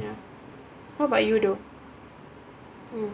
ya how about you though mm